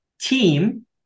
team